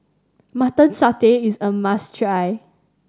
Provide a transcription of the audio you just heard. Mutton Satay is a must try